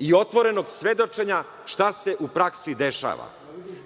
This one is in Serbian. i otvorenog svedočenja šta se u praksi dešava.